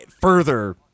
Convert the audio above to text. further